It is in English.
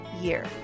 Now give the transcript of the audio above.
year